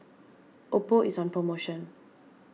Oppo is on promotion